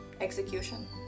execution